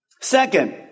Second